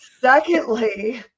Secondly